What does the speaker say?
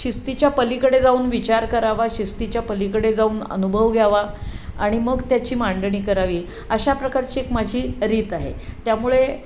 शिस्तीच्या पलीकडे जाऊन विचार करावा शिस्तीच्या पलीकडे जाऊन अनुभव घ्यावा आणि मग त्याची मांडणी करावी अशा प्रकारची एक माझी रीत आहे त्यामुळे